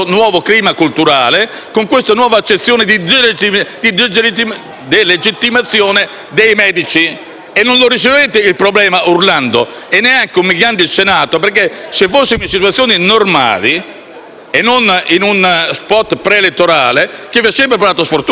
di delegittimazione dei medici. Non risolvete il problema urlando e neanche umiliando il Senato. Infatti, se fossimo in situazioni normali e non in uno *spot* pre-elettorale (che vi ha sempre portato sfortuna: mi ricordo quello sul Titolo V: vi ringrazio perché lavorate per il centrodestra,